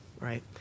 right